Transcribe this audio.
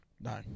No